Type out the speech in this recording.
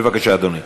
בבקשה, אדוני.